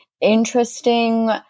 interesting